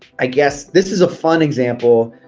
i guess this is a fun example.